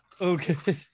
Okay